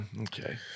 okay